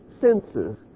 senses